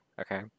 Okay